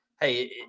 hey